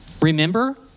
Remember